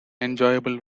enjoyable